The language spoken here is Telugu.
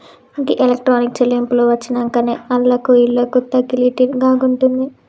గీ ఎలక్ట్రానిక్ చెల్లింపులు వచ్చినంకనే ఆళ్లకు ఈళ్లకు తకిలీబ్ గాకుంటయింది